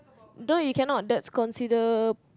no you cannot that's consider